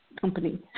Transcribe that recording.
company